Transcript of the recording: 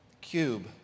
cube